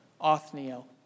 Othniel